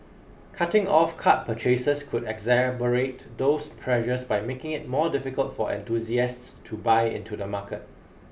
cutting off card purchases could exacerbate those pressures by making it more difficult for enthusiasts to buy into the market